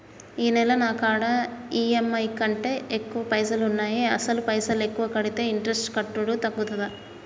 ఈ నెల నా కాడా ఈ.ఎమ్.ఐ కంటే ఎక్కువ పైసల్ ఉన్నాయి అసలు పైసల్ ఎక్కువ కడితే ఇంట్రెస్ట్ కట్టుడు తగ్గుతదా?